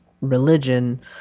religion